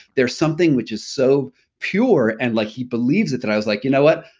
there's something which is so pure and like he believes it that i was like, you know what?